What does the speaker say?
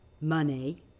money